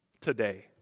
today